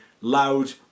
Loud